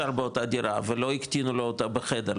למרות שהוא נשאר באותה דירה ולא הקטינו אותה בחדר,